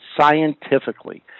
scientifically